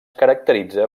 caracteritza